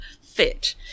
fit